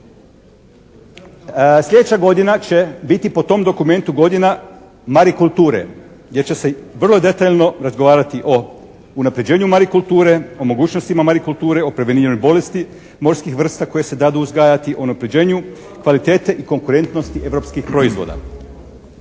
Sljedeća godina će biti po tom dokumentu godina marikulture gdje će se vrlo detaljno razgovarati o unapređenju marikulture, o mogućnostima marikulture, o …/Govornik se ne razumije./… bolesti morskih vrsta koje se dadu uzgajati, o unapređenju kvalitete i konkurentnosti europskih proizvoda,